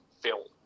film